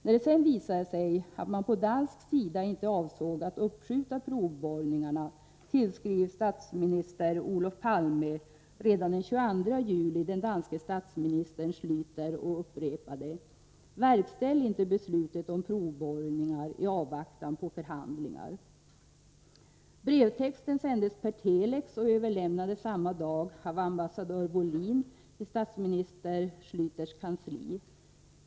När det sedan visade sig att man på dansk sida inte avsåg att uppskjuta provborrningarna tillskrev statsminister Olof Palme redan den 22 juli den danske statsministern Schläter och upprepade: Verkställ inte beslutet om provborrningar i avvaktan på förhandlingar! Brevtexten sändes per telex och överlämnades samma dag av ambassadör Wollin i statsminister Schläters kansli.